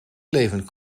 leven